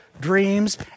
dreams